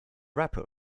wrapper